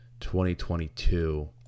2022